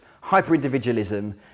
hyper-individualism